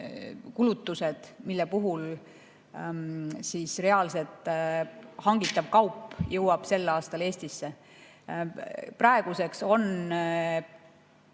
kulutused, mille puhul reaalselt hangitav kaup jõuab sel aastal Eestisse. Praeguseks on